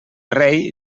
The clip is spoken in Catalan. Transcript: rei